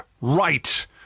Right